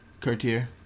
Cartier